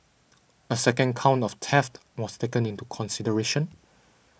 a second count of theft was taken into consideration